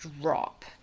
drop